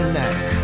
neck